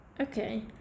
okay